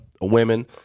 women